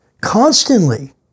constantly